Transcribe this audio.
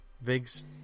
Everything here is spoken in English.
Vig's